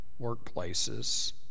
workplaces